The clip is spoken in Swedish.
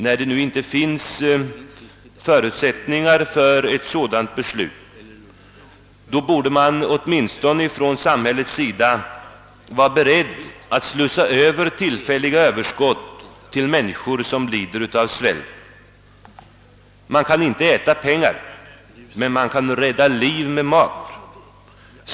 När det nu inte finns förutsättningar för ett sådant beslut, borde man åtminstone från samhällets sida vara beredd att slussa över tillfälliga överskott till människor som lider av svält. Man kan inte äta pengar, men man kan rädda liv med mat.